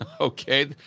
Okay